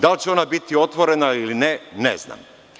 Da li će ona biti otvorena ili ne, ne znam.